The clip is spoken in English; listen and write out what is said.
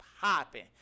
popping